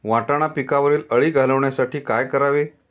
वाटाणा पिकावरील अळी घालवण्यासाठी काय करावे?